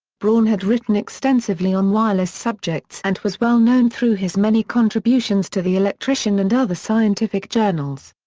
braun had written extensively on wireless subjects and was well known through his many contributions to the electrician and other scientific journals.